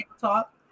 top